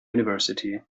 university